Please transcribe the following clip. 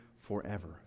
forever